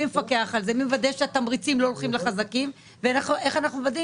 מי מפקח על זה ומוודא שהתמריצים לא הולכים לחזקים ואיך אנחנו מוודאים